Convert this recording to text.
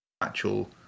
actual